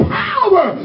power